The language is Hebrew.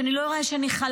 שאני לא איראה חלש.